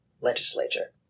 legislature